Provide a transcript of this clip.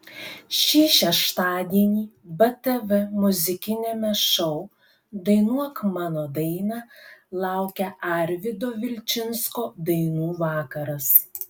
šį šeštadienį btv muzikiniame šou dainuok mano dainą laukia arvydo vilčinsko dainų vakaras